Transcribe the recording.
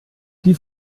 die